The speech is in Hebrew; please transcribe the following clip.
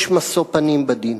יש משוא-פנים בדין